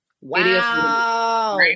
Wow